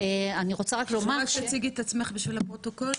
אני רוצה רק לומר --- רק תציגי את עצמך בשביל הפרוטוקול.